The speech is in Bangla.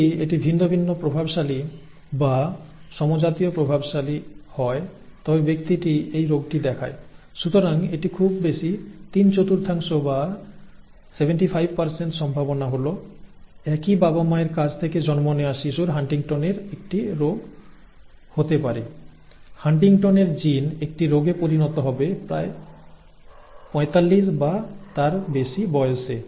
যদি এটি ভিন্ন ভিন্ন প্রভাবশালী বা সমজাতীয় প্রভাবশালী হয় তবে ব্যক্তিটি এই রোগটি দেখায় সুতরাং এটি খুব বেশি তিন চতুর্থাংশ বা 75 সম্ভাবনা হল একই বাবা মায়ের কাছ থেকে জন্ম নেওয়া শিশুর হান্টিংটনের একটি রোগ হতে পারে হান্টিংটনের জিন একটি রোগে পরিণত হবে প্রায় 45 বা তার বেশি বয়সে